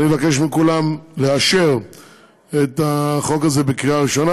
אני מבקש מכולם לאשר את הצעת החוק הזאת בקריאה ראשונה